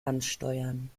ansteuern